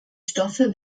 stoffe